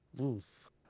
Oof